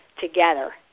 together